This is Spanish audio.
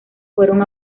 fueron